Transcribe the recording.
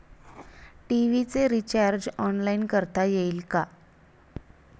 TV चे recharge online करता येईल का?